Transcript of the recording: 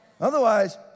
Otherwise